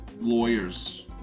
lawyers